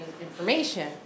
information